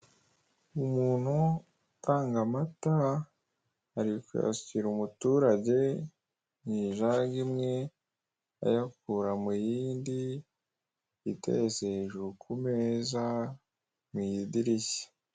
Umuntu utanga amata ari kuyasukira umuturage mu ijage imwe ayakura mu yindi iteretse hejuru ku meza mu idirishya.